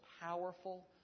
powerful